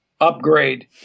upgrade